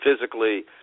physically